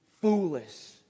foolish